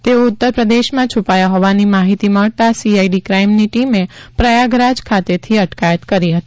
તેઓ ઉત્તર પ્રદેશમાં છુપાયા હોવાની માહિતી મળતા સીઆઈડી ક્રાઇમની ટીમે પ્રયાગરાજ ખાતેથી અટકાયત કરી હતી